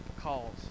calls